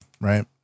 right